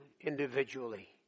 individually